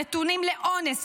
נתונים לאונס,